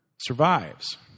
Survives